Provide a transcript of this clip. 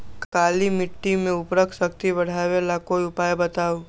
काली मिट्टी में उर्वरक शक्ति बढ़ावे ला कोई उपाय बताउ?